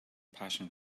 passion